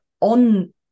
on